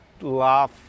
laugh